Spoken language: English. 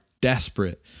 desperate